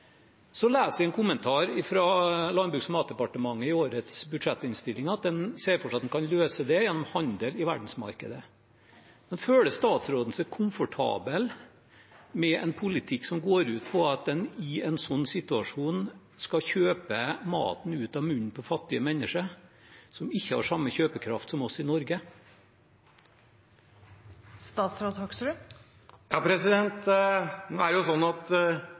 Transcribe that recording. leser i en kommentar fra Landbruks- og matdepartementet i årets budsjettinnstilling at man ser for seg at man kan løse dette gjennom handel på verdensmarkedet. Føler statsråden seg komfortabel med en politikk som går ut på at man i en sånn situasjon skal kjøpe maten ut av munnen på fattige mennesker som ikke har samme kjøpekraft som oss i Norge? Regjeringen har sagt – og den følger selvfølgelig opp det Stortingets flertall har vedtatt – at